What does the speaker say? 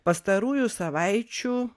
pastarųjų savaičių